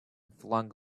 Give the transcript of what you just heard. flung